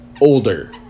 older